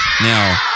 Now